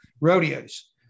rodeos